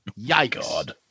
Yikes